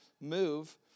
move